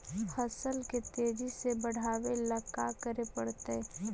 फसल के तेजी से बढ़ावेला का करे पड़तई?